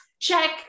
check